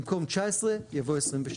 במקום "19" יבוא "22".